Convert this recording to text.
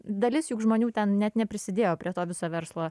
dalis juk žmonių ten net neprisidėjo prie to viso verslo